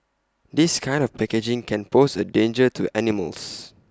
this kind of packaging can pose A danger to animals